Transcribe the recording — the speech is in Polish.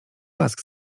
łask